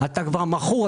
אתה מכור,